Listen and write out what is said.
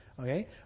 Okay